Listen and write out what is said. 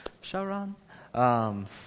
Sharon